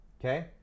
okay